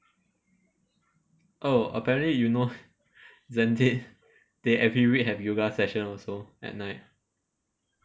oh apparently you know they every week have yoga session also at night